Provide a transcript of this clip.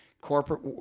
corporate